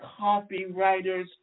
copywriters